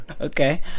Okay